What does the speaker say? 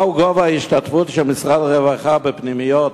ומה הוא גובה ההשתתפות של משרד הרווחה בפנימיות